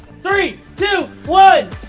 three, two, one.